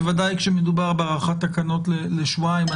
בוודאי כשמדובר בהארכת תקנות לשבועיים,